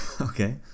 Okay